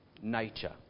nature